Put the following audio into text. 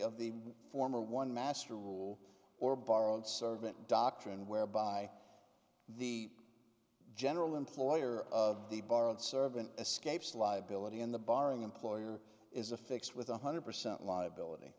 of the former one master rule or borrowed servant doctrine whereby the general employer of the borrowed servant escapes liability in the barring employer is a fixed with one hundred percent liability